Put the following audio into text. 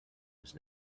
was